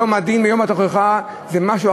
יום הדין ויום התוכחה הם שונים.